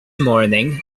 morning